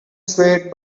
swayed